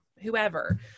Whoever